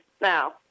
now